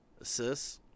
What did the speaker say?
Assists